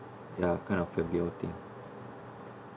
ya kind of forget all thing